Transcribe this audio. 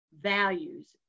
values